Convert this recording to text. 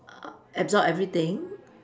err absorb everything